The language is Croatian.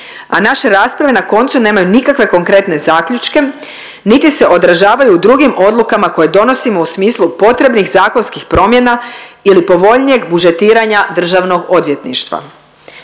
a naše rasprave na koncu nemaju nikakve konkretne zaključke niti se odražavaju u drugim odlukama koje donosimo u smislu potrebnih zakonskih promjena ili povoljnijeg budžetiranja državnog odvjetništva.